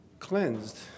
cleansed